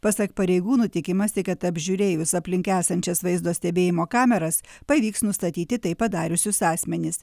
pasak pareigūnų tikimasi kad apžiūrėjus aplink esančias vaizdo stebėjimo kameras pavyks nustatyti tai padariusius asmenis